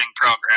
program